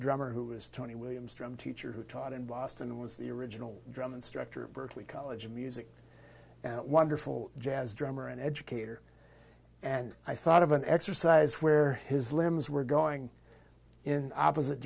drummer who was tony williams from teacher who taught in boston and was the original drum instructor of berklee college of music wonderful jazz drummer and educator and i thought of an exercise where his limbs were going in opposite